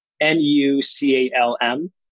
N-U-C-A-L-M